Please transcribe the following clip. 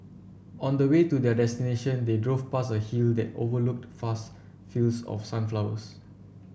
on the way to their destination they drove past a hill that overlooked vast fields of sunflowers